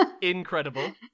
Incredible